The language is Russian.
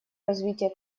развития